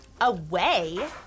Away